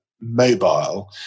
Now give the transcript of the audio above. mobile